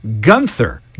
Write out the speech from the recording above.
Gunther